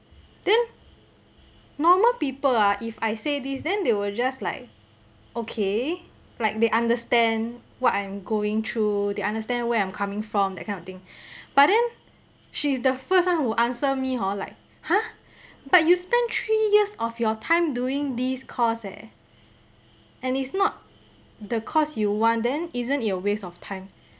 then normal people ah if I say this then they will just like okay like they understand what I'm going through they understand where I'm coming from that kind of thing but then she is the first one to answer me hor like !huh! but you spent three years of your time doing this course eh and is not the course you want then isn't it a waste of time